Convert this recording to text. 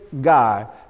guy